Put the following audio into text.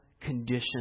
condition